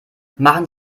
machen